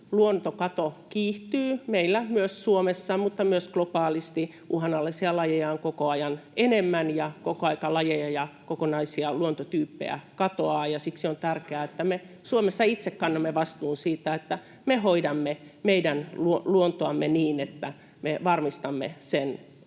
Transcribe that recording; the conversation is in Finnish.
luontokato kiihtyy. Meillä Suomessa mutta myös globaalisti uhanalaisia lajeja on koko ajan enemmän ja koko ajan lajeja ja kokonaisia luontotyyppejä katoaa. Siksi on tärkeää, että me Suomessa itse kannamme vastuun siitä, että me hoidamme meidän luontoamme niin, että me varmistamme sen